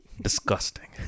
Disgusting